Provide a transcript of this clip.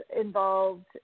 involved